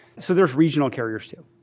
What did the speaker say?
so there's regional carriers, too,